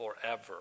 forever